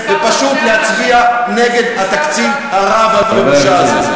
ופשוט להצביע נגד התקציב הרע והמרושע הזה.